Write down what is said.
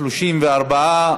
34,